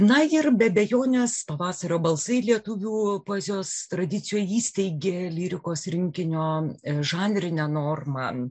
na ir be abejonės pavasario balsai lietuvių poezijos tradicijoj įsteigė lyrikos rinkinio žanrinią normą